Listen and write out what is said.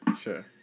Sure